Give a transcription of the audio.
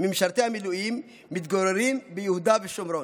ממשרתי המילואים מתגוררים ביהודה ושומרון,